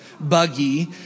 buggy